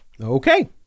Okay